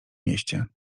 mieście